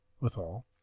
withal